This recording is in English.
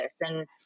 And-